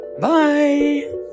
bye